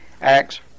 Acts